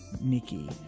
Nikki